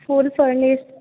full furnished